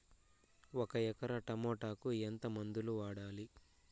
ఒక ఎకరాకి టమోటా కు ఎంత మందులు వాడాలి?